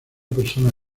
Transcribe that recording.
persona